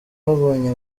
babonye